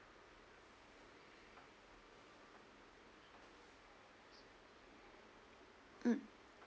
mm